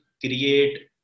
create